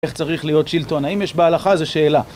איך צריך להיות שלטון? האם יש בהלכה? זה שאלה.